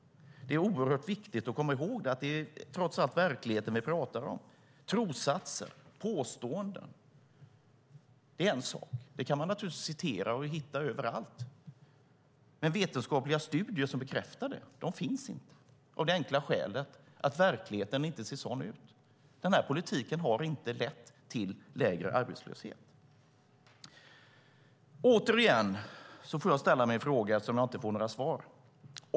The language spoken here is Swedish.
Det är oerhört viktigt att komma ihåg att det trots allt är verkligheten vi pratar om. Trossatser och påståenden är en sak. Sådana kan man naturligtvis citera och hitta överallt. Men vetenskapliga studier som bekräftar det finns inte av det enkla skälet att verkligheten inte ser så ut. Den här politiken har inte lett till lägre arbetslöshet. Återigen får jag ställa min fråga som jag inte fått något svar på.